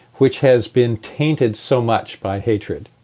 which has been tainted so much by hatred,